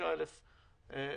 ו-25,000 אושרו.